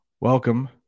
Welcome